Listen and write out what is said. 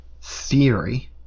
theory